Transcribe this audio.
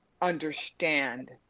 understand